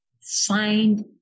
Find